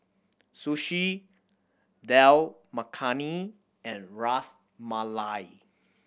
Sushi Dal Makhani and Ras Malai